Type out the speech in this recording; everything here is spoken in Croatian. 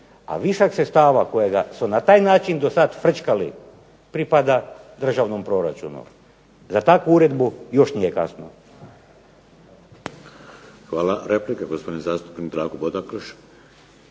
a višak sredstava kojega su na taj način do sad frčkali pripada državnom proračunu. Za takvu uredbu još nije kasno.